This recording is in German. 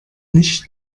nicht